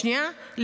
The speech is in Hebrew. שנייה,